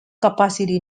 capacity